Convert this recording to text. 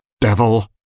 Devil